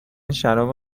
شراب